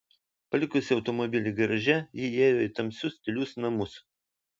palikusi automobilį garaže ji įėjo į tamsius tylius namus